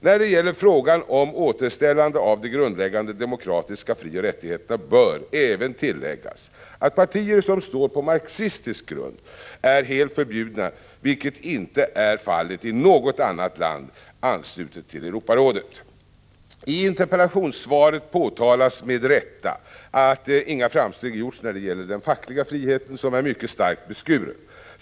När det gäller frågan om återställande av de grundläggande demokratiska frioch rättigheterna, bör även tilläggas att partier som står på marxistisk grund är helt förbjudna, vilket inte är fallet i något annat land anslutet till Europarådet. I interpellationssvaret påtalas med rätta att inga framsteg gjorts när det gäller den fackliga friheten, som är mycket starkt beskuren.